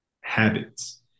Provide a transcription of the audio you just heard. habits